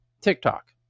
TikTok